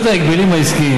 רשות ההגבלים העסקיים,